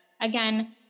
again